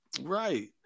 right